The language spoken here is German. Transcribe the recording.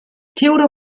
theodor